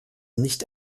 nicht